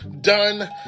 done